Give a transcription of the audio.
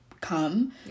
come